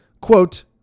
quote